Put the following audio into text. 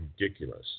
ridiculous